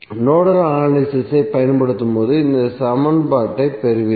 nodal analysis ஐ பயன்படுத்தும்போது இந்த சமன்பாட்டைப் பெறுவீர்கள்